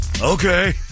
okay